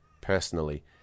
personally